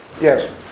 Yes